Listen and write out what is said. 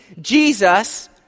Jesus